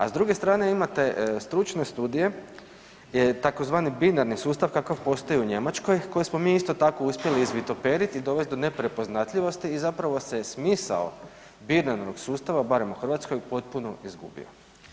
A s druge strane imate stručne studije, tzv. binarni sustav kakav postoji u Njemačkoj koji smo mi isto tako uspjeli izvitoperiti i dovesti do neprepoznatljivosti i zapravo se smisao binarnog sustava, barem u Hrvatskoj potpuno izgubio.